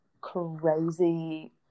crazy